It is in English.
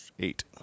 Eight